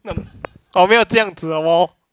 我没有这样子的我